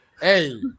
Hey